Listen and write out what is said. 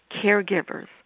caregivers